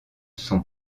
son